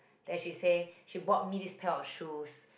then she said she bought me this pair of shoes